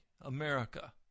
America